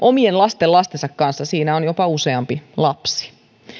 omien lastenlastensa kanssa siinä on jopa useampi lapsi